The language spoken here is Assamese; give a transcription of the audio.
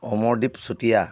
অমৰদ্বীপ চুটিয়া